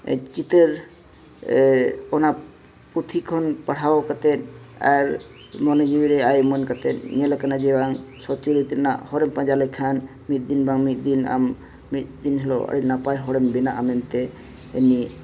ᱪᱤᱛᱟᱹᱨ ᱚᱱᱟ ᱯᱩᱛᱷᱤ ᱠᱷᱚᱱ ᱯᱟᱲᱦᱟᱣ ᱠᱟᱛᱮᱫ ᱟᱨ ᱢᱚᱱᱮ ᱡᱤᱣᱤᱨᱮ ᱟᱭ ᱩᱢᱟᱹᱱ ᱠᱟᱛᱮᱫ ᱧᱮᱞ ᱟᱠᱟᱱᱟ ᱡᱮ ᱵᱟᱝ ᱥᱚᱛ ᱪᱩᱨᱤᱛ ᱨᱮᱱᱟᱜ ᱦᱚᱨᱮ ᱯᱟᱸᱡᱟ ᱞᱮᱠᱷᱟᱱ ᱢᱤᱫ ᱫᱤᱱ ᱵᱟᱝ ᱢᱤᱫ ᱫᱤᱱ ᱟᱢ ᱢᱤᱫ ᱫᱤᱱ ᱦᱤᱞᱳᱜ ᱟᱹᱰᱤ ᱱᱟᱯᱟᱭ ᱦᱚᱲᱮᱢ ᱵᱮᱱᱟᱜᱼᱟ ᱢᱮᱱᱛᱮ ᱤᱧᱟᱹ